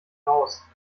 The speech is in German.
raus